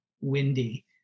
Windy